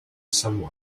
someone